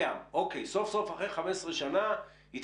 פרויקטור לחצי שנה.